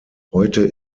heute